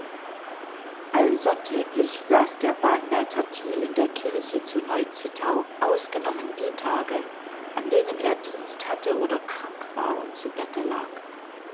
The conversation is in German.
allsonntäglich saß der bahnwärter thiel in der kirche zu neu zittau ausgenommen die tage an denen er dienst hatte oder krank war und zu bette lag